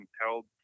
compelled